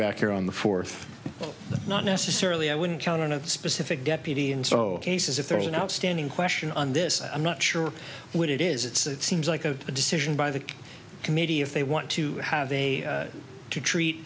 back here on the fourth but not necessarily i wouldn't count on a specific deputy and so cases if there is an outstanding question on this i'm not sure what it is it's seems like a decision by the committee if they want to have a